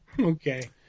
Okay